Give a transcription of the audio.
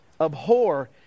Abhor